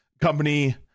company